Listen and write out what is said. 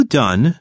done